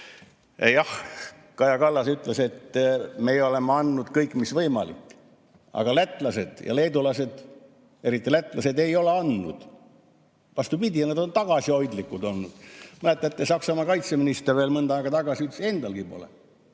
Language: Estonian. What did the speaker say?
Jah, Kaja Kallas ütles, et me oleme andnud kõik, mis võimalik. Aga lätlased ja leedulased, eriti lätlased, ei ole andnud. Vastupidi, nad on tagasihoidlikud olnud. Mäletate, kuidas Saksamaa kaitseminister veel mõni aeg tagasi ütles, et endalgi pole.